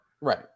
right